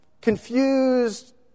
confused